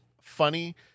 funny